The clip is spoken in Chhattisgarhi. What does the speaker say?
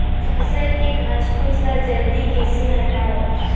फसल के घासफुस ल जल्दी कइसे हटाव?